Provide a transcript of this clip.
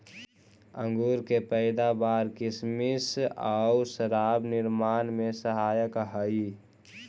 अंगूर के पैदावार किसमिस आउ शराब निर्माण में सहायक हइ